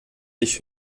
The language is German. sich